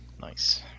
Nice